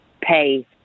pay